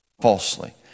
Falsely